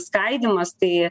skaidymas tai